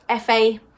FA